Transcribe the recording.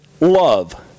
love